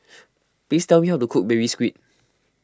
please tell me how to cook Baby Squid